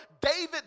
David